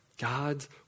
God's